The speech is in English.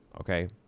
Okay